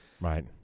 Right